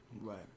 right